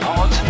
Pod